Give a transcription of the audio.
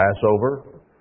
Passover